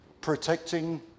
protecting